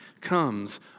comes